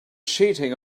cheating